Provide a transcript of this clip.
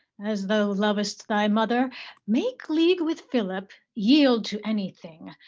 as thou lovest thy mother make league with philip, yield to anything.